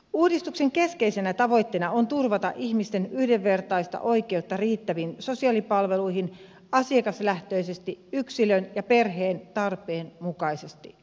uudistuksen keskeisenä tavoitteena on turvata ihmisten yhdenvertaista oikeutta riittäviin sosiaalipalveluihin asiakaslähtöisesti yksilön ja perheen tarpeen mukaisesti